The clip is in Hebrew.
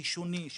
ראשוני,